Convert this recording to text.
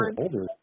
older